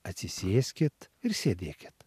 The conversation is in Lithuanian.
atsisėskit ir sėdėkit